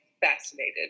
fascinated